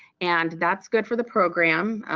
and that's good for the program,